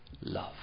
love